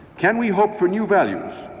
can we hope for new values,